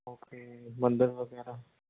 okay ਮੰਦਿਰ ਵਗੈਰਾ